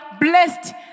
blessed